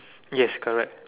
yes correct